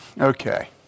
Okay